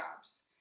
jobs